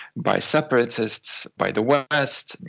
by separatists, by the west.